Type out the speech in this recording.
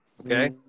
Okay